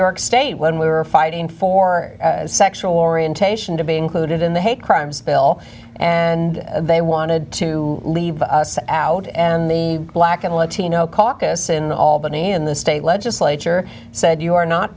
york state when we were fighting for sexual orientation to be included in the hate crimes bill and they wanted to leave out and the black and latino caucus in albany in the state legislature said you are not